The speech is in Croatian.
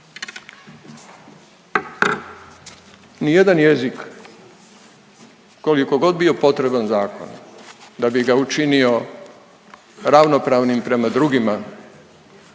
Ni jedan jezik koliko god bio potreban zakon da bi ga učinio ravnopravnim prema drugima